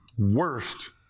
Worst